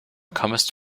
comest